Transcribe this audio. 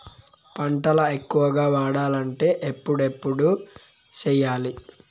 పంటల ఎక్కువగా పండాలంటే ఎప్పుడెప్పుడు సేయాలి?